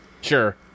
Sure